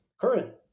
current